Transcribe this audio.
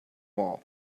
wall